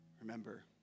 remember